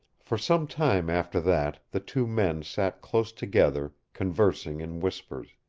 for some time after that the two men sat close together, conversing in whispers.